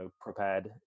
prepared